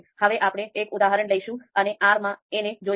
હવે આપણે એક ઉદાહરણ લઈશું અને R માં એને જોઈશું